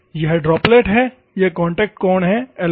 यह ड्रॉपलेट है और यह कांटेक्ट कोण है अल्फा